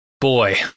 boy